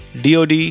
DoD